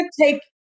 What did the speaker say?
take